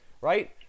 right